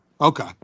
Okay